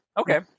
Okay